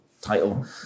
title